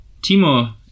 timo